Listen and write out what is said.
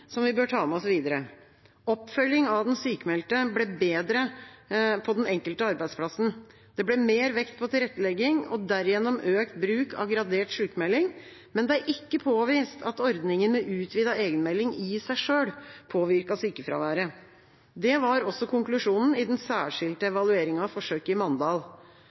som vi bør ta med oss videre. Oppfølging av den sykmeldte ble bedre på den enkelte arbeidsplassen. Det ble mer vekt på tilrettelegging, og derigjennom økt bruk av gradert sykmelding, men det er ikke påvist at ordningen med utvidet egenmelding i seg selv påvirket sykefraværet. Det var også konklusjonen i den særskilte evalueringen av forsøket i Mandal.